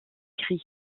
gris